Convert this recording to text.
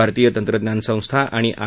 भारतीय तंत्रज्ञान संस्था आणि आय